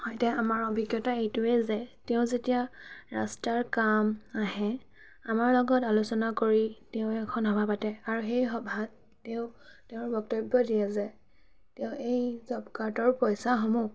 সৈতে আমাৰ অভিজ্ঞতা এইটোৱেই যে তেওঁ যেতিয়া ৰাস্তাৰ কাম আহে আমাৰ লগত আলোচনা কৰি তেওঁ এখন সভা পাতে আৰু সেই সভাত তেওঁ তেওঁঁৰ বক্তব্য় দিয়ে যে তেওঁ এই জব কাৰ্ডৰ পইচাসমূহ